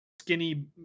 skinny